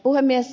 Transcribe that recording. puhemies